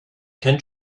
kennt